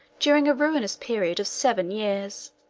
during a ruinous period of seven years.